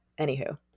anywho